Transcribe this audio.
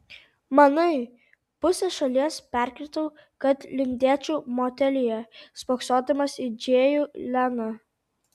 manai pusę šalies perkirtau kad lindėčiau motelyje spoksodamas į džėjų leną